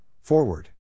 forward